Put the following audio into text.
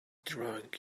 drunk